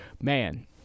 man